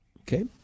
Okay